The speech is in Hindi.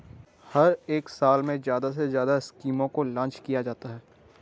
हर एक साल में ज्यादा से ज्यादा स्कीमों को लान्च किया जाता है